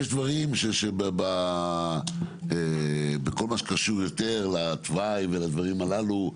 יש דברים שבכל מה שקשור יותר לתוואי ולדברים הללו,